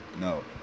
no